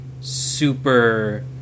super